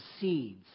seeds